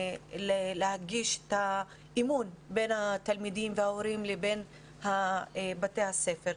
ליצור את האמון בין התלמידים וההורים לבין בתי הספר.